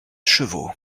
chevaux